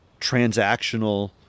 transactional